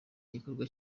igikorwa